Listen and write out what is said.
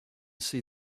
see